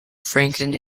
franklin